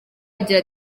agira